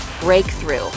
Breakthrough